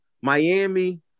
Miami